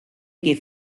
give